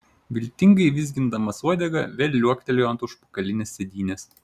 viltingai vizgindamas uodegą vėl liuoktelėjo ant užpakalinės sėdynės